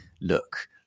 look